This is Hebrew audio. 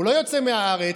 הוא לא יוצא מהארץ,